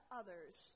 others